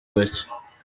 bake